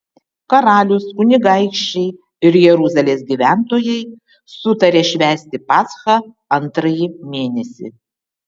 karalius kunigaikščiai ir jeruzalės gyventojai sutarė švęsti paschą antrąjį mėnesį